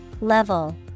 Level